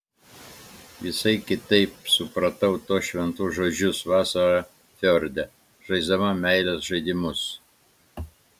visai kitaip supratau tuos šventus žodžius vasarą fjorde žaisdama meilės žaidimus